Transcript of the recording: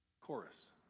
Chorus